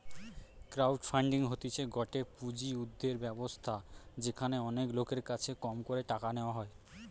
crowd funding হতিছে গটে পুঁজি উর্ধের ব্যবস্থা যেখানে অনেক লোকের কাছে কম করে টাকা নেওয়া হয়